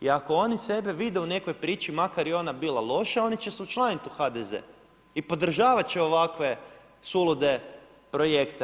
I ako oni sebe vide u nekoj priči, makar i ona bila loša, oni će se učlaniti u HDZ i podržavati će ovakve sulude projekte.